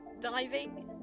diving